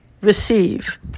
receive